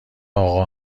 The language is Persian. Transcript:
آقا